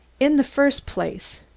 in the first place,